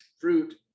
fruit